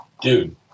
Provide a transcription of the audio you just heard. dude